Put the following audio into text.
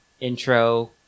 Intro